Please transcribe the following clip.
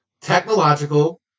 technological